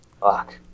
Fuck